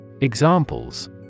Examples